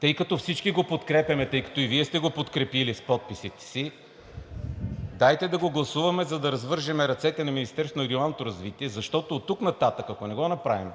Тъй като всички го подкрепяме, тъй като и Вие сте го подкрепили с подписите си, дайте да го гласуваме, за да развържем ръцете на Министерството на регионалното развитие, защото оттук нататък, ако не го направим,